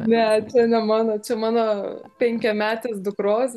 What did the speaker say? ne čia ne mano čia mano penkiametės dukros